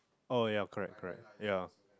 oh yeah correct correct yeah